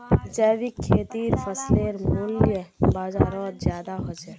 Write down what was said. जैविक खेतीर फसलेर मूल्य बजारोत ज्यादा होचे